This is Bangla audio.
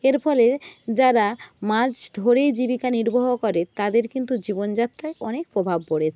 এর ফলে যারা মাছ ধরেই জীবিকা নির্বাহ করে তাদের কিন্তু জীবন যাত্রায় অনেক প্রভাব পড়েছে